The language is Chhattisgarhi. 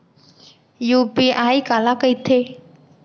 यू.पी.आई काला कहिथे?